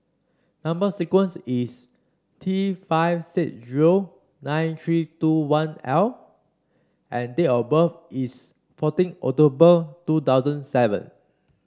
number sequence is T five six zero nine three two one L and date of birth is fourteen October two thousand seven